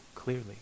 Clearly